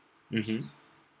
mmhmm